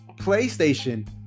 PlayStation